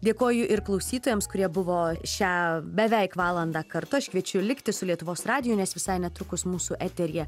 dėkoju ir klausytojams kurie buvo šią beveik valandą kartu aš kviečiu likti su lietuvos radiju nes visai netrukus mūsų eteryje